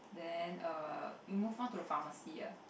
then err you move on to the pharmacy ah